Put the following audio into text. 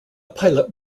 pilot